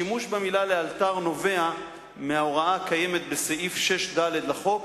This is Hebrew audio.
השימוש במלה לאלתר נובע מההוראה הקיימת בסעיף 6(ד) לחוק,